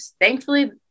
thankfully